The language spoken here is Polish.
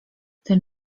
ten